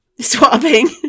Swapping